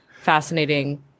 fascinating